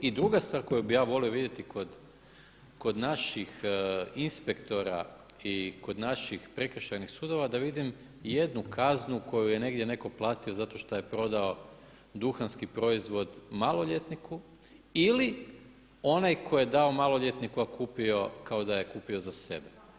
I druga stvar koju bih ja volio vidjeti kod naših inspektora i kod naših prekršajnih sudova da vidim ijednu kaznu koju je negdje netko platio zato što je prodao duhanski proizvod maloljetniku ili onaj koji je dao maloljetniku a kupio kao da je kupio za sebe.